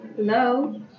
Hello